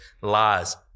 lies